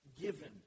given